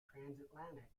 transatlantic